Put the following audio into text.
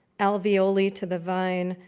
alveoli to the vine,